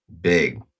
big